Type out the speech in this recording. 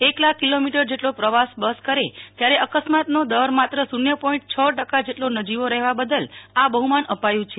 એક લાખ કિલોમીટર જેટલો પ્રવાસ બસ કરે ત્યારે અકસ્માત નો દર માત્ર શૂન્ય પોઈન્ટ છ ટકા જેટલો નજીવો રહેવા બદલ આ બહુમાન અપાયું છે